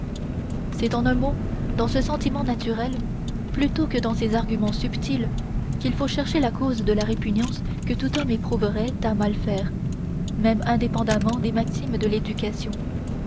c'est en un mot dans ce sentiment naturel plutôt que dans des arguments subtils qu'il faut chercher la cause de la répugnance que tout homme éprouverait à mal faire même indépendamment des maximes de l'éducation